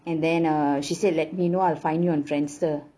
and then uh she said let me know I'll find you on Friendster